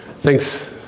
Thanks